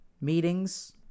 meetings